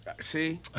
See